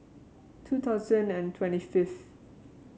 two thousand and twenty fifth